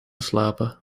slapen